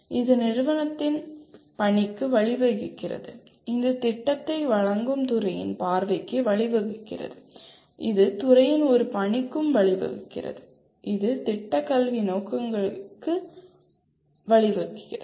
இது நிறுவனத்தின் பணிக்கு வழிவகுக்கிறது இது திட்டத்தை வழங்கும் துறையின் பார்வைக்கு வழிவகுக்கிறது இது துறையின் ஒரு பணிக்கும் வழிவகுக்கிறது இது திட்ட கல்வி நோக்கங்களுக்கு வழிவகுக்கிறது